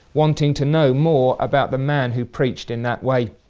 wanting to know more about the man who preached in that way.